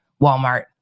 Walmart